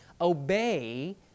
obey